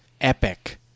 epic